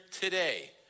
today